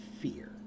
fear